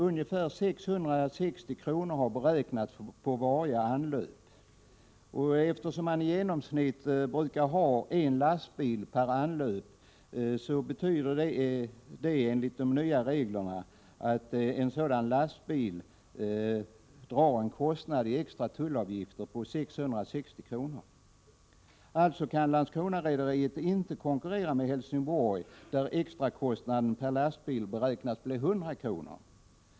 Ungefär 660 kr. har beräknats för varje anlöp. Eftersom man i genomsnitt brukar ha en lastbil per anlöp, betyder det enligt de nya reglerna att varje sådant fordon drar en kostnad i extra tullavgifter på 660 kr. Alltså kan Landskronarederiet inte konkurrera med Helsingborg, där extrakostnaden per lastbil beräknas bli 100 kr.